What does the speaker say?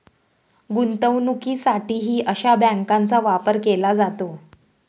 गुंतवणुकीसाठीही अशा बँकांचा वापर केला जातो